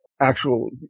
actual